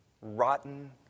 rotten